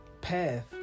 path